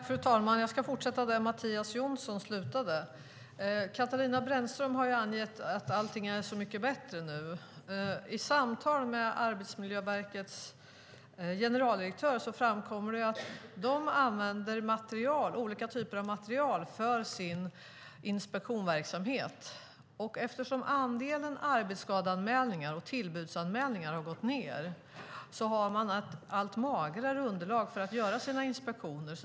Fru talman! Låt mig fortsätta där Mattias Jonsson slutade. Katarina Brännström har angett att allt nu är mycket bättre. I samtal med Arbetsmiljöverkets generaldirektör framkommer att de använder olika typer av material för sin inspektionsverksamhet. Eftersom antalet arbetsskadeanmälningar och tillbudsanmälningar gått ned har de ett allt magrare underlag för att göra sina inspektioner.